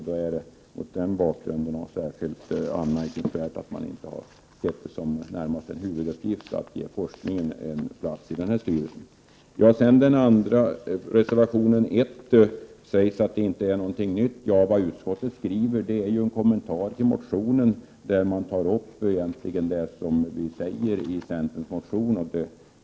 Det är mot den bakgrunden särskilt anmärkningsvärt att man inte sett det som närmast en huvuduppgift att ge forskningen en plats i den här styrelsen. Inger Hestvik säger att reservationen inte innebär något nytt. Utskottet skriver en kommentar och tar där egentligen upp det som vi säger i centerns motion.